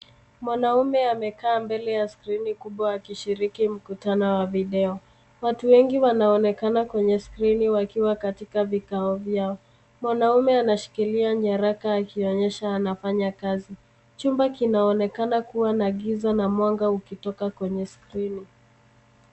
Mwanaume amekaa mbele ya skrini kubwa akishiriki mkutano wa video ,watu wengi wanaonekana kwenye skrini wakiwa katika vikao vyao ,mwanaume anashikilia nyaraka akionyesha anafanya kazi chumba kinaonekana kuwa na giza na mwanga ukitoka kwenye skrini.